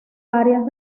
varias